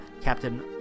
Captain